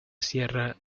sierra